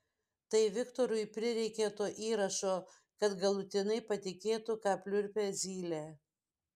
tai viktorui prireikė to įrašo kad galutinai patikėtų ką pliurpia zylė